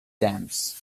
dams